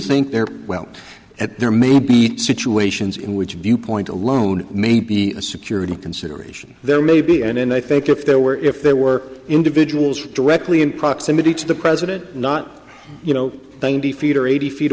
think there well at there may be situations in which viewpoint alone may be a security consideration there may be and i think if there were if there were individuals directly in proximity to the president not you know they'd eighty feet